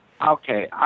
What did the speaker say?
Okay